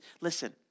listen